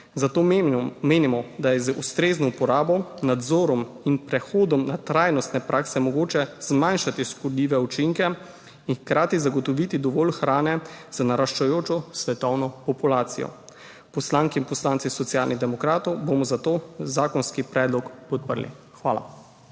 Zato menimo, da je z ustrezno uporabo, nadzorom in prehodom na trajnostne prakse mogoče zmanjšati škodljive učinke in hkrati zagotoviti dovolj hrane za naraščajočo svetovno populacijo. Poslanke in poslanci Socialnih demokratov bomo zato zakonski predlog podprli. Hvala.